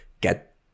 get